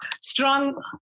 strong